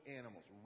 animals